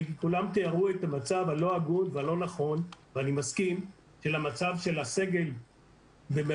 כי כולם תיארו את המצב הלא הגון והלא נכון של המצב של הסגל הזוטר,